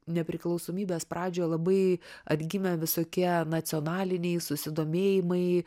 nepriklausomybės pradžioje labai atgimę visokie nacionaliniai susidomėjimai